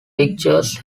pictures